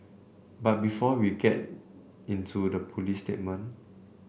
but before we get into the police statement